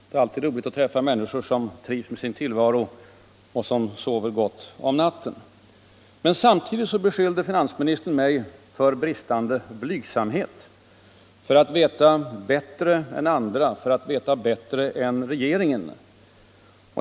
Det är alltid roligt att träffa människor som trivs med sin tillvaro och som sover gott om natten. Men samtidigt beskyllde finansministern mig för bristande blygsamhet — för att veta bättre än andra, för att veta bättre än regeringen.